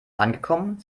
angekommen